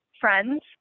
Friends